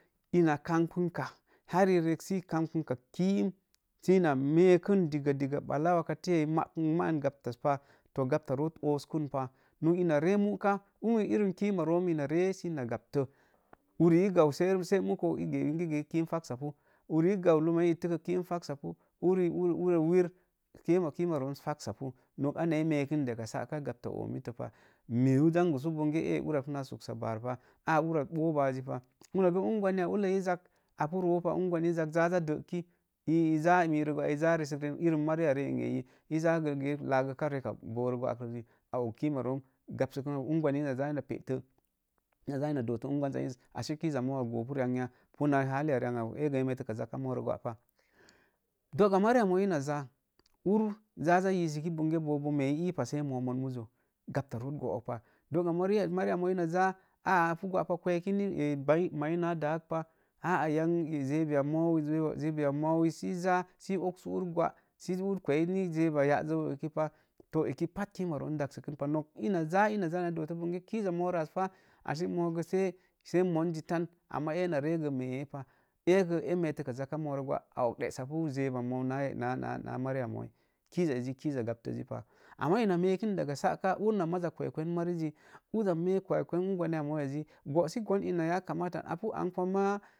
Ina kaɓuka sə rek səi kam ɓaka kiim sə ina meetan diga diga wakatiya, ma'an gaptaz pa togaptaroot ooskən pa ina ree muka iriin kiimaroomi ina re sə ina gaptə uri i gau se’ muko ingegee kiim faksapu uri i gau lomoi ittəkə kiim faksapu uri wir kiim faksapu nok anya meekn diga sa'ka gapta omittəpa meu zangusu bongire uva as puna suksa baar pa, a'a ura az gə ɓobazzi pa una gə ungwani ulləi i zak apu roopa zaa za də'ki izaa mirəgwa iza resək, irin mariya ri ei iza gə ge laagəka reka boorə gwarəzi a ok kiima room gapsəku ungwani ina za ina pe'tə ina za ina dootə ungwanza iiz ashe kiiza moorə as goopuri angya, puna irin haliri angas eegə e meetk zaka morə gwa'pa. Do'ga mari mooi ina za ur zaa za yisiki bobo meripa sai moo mon muzo gapta root go'okpa doogamari mooi ina zaa kweki ni mai na daakpa, a'a zeuwiya moi iza sə i oksu ur gwa sə ur kwei ni zeuwi ya'azəik pa to eki pat kiim room gapsəkupa nok ina za sə dooto bonge kiiza moorə as fa ashe moogə sai mon tan egə meepa, eggə e meetək zaka moorə gwapa a og de'sapu zeeb moou na mari mna mooi, kiiza ezi kiiza gaptəzpa amma ina meeku daga sa'ka ur na mazza kevekwen marizzi uva kwekwen unguwani moo yazi go'si gon ina yakamatan